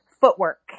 footwork